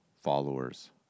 followers